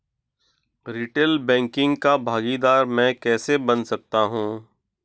Retail banking का भागीदार मैं कैसे बन सकता हूँ?